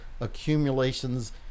accumulations